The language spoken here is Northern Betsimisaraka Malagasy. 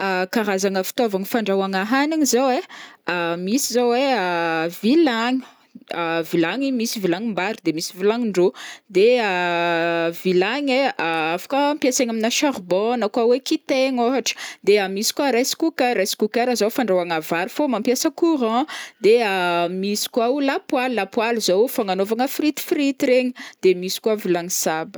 Karazagna fitaovana fandrahoagna hanigny zao ai misy zao ai vilagny vilagny misy vilagnim-bary de misy vilagnin-drô de vilagny ai afaka ampiasaigna aminà charbon na koa hoe kitainy ôhatra dia misy koa rice cooker rice cooker zao fandrahoagna vary fô mampiasa courant de misy koa o lapoaly lapoaly zao fagnanaovagna fritifrity regny de misy koa vilagny saba.